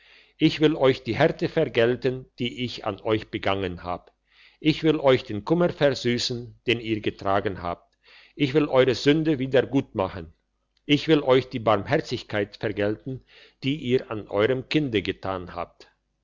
ich will euch die härte vergelten die ich an euch begangen habe ich will euch den kummer versüssen den ihr getragen habt ich will eure sünde wieder gut machen ich will euch die barmherzigkeit vergelten die ihr an euerm kinde getan habt